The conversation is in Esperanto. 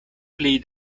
pli